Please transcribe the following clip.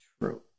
true